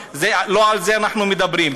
לא על זה אנחנו מדברים,